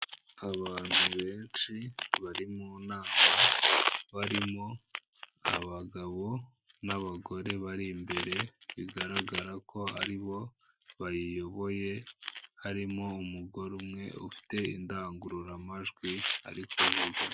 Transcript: Abantu benshi bari mu nama barimo abagabo n'abagore bari imbere bigaragara ko ari bo bayiyoboye, harimo umugore umwe ufite indangururamajwi ari kuvuga.